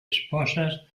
esposas